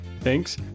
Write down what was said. thanks